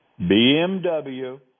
BMW